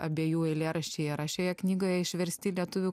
abiejų eilėraščiai yra šioje knygoje išversti į lietuvių